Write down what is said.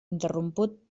interromput